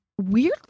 weirdly